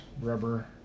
rubber